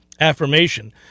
affirmation